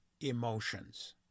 emotions